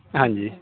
ਹਾਂਜੀ